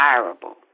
desirable